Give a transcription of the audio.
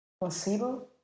Placebo